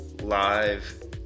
live